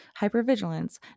hypervigilance